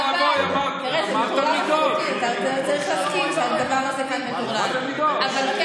צריך להסכים שהדבר הזה קצת מטורלל, אבל.